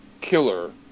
killer